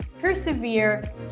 persevere